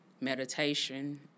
meditation